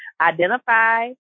identify